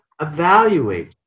evaluate